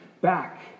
back